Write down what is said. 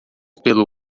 pelo